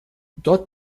dort